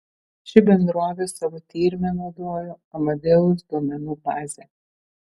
ši bendrovė savo tyrime naudojo amadeus duomenų bazę